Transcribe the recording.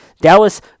Dallas